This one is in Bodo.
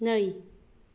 नै